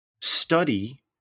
study